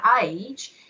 age